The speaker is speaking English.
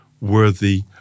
worthy